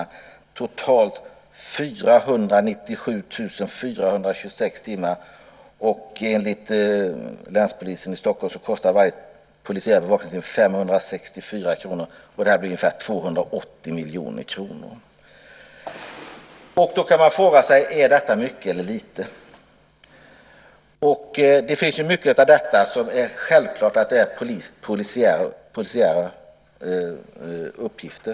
Det blir totalt 497 426 timmar. Och enligt länspolisen i Stockholm kostar varje polisiär bevakningstimme 564 kr. Det blir ungefär 280 miljoner kronor. Man kan fråga sig om detta är mycket eller litet. Mycket av detta är självklart polisiära uppgifter.